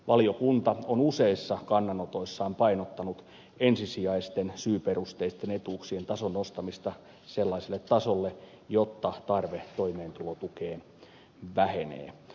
valiokunta on useissa kannanotoissaan painottanut ensisijaisten syyperusteisten etuuksien tason nostamista sellaiselle tasolle jotta tarve toimeentulotukeen vähenee